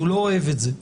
הוא לא אוהב את זה.